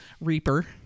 reaper